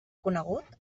conegut